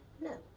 No